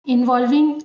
Involving